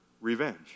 revenge